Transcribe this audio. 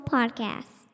Podcast